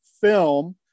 film